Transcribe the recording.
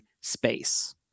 space